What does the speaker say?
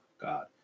God